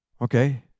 Okay